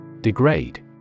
Degrade